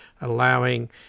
allowing